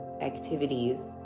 activities